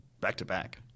Back-to-back